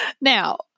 Now